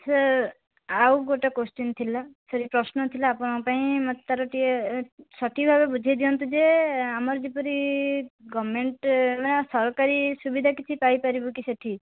sir ଆଉ ଗୋଟେ question ଥିଲା ସରି ପ୍ରଶ୍ନ ଥିଲା ଆପଣଙ୍କ ପାଇଁ ମୋତେ ତା'ର ଟିକିଏ ସଠିକ୍ ଭାବେ ବୁଝାଇଦିଅନ୍ତୁ ଯେ ଆମର ଯେପରି ଗଭର୍ଣ୍ଣମେଣ୍ଟ୍ ବା ସରକାରୀ ସୁବିଧା କିଛି ପାଇପାରିବୁ କି ସେଇଠି